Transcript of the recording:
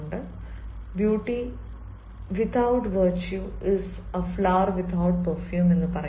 beauty without virtue is a flower without perfume